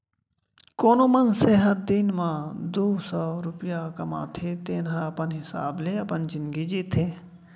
कोनो मनसे ह दिन म दू सव रूपिया कमाथे तेन ह अपन हिसाब ले अपन जिनगी जीथे